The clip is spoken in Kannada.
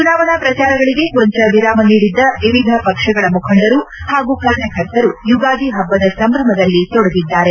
ಚುನಾವಣಾ ಪ್ರಚಾರಗಳಿಗೆ ಕೊಂಚ ವಿರಾಮ ನೀಡಿದ್ದ ವಿವಿಧ ಪಕ್ಷಗಳ ಮುಖಂಡರು ಹಾಗೂ ಕಾರ್ಕರ್ತರು ಯುಗಾದಿ ಹಬ್ಬದ ಸಂಭ್ರಮದಲ್ಲಿ ತೊಡಗಿದ್ದಾರೆ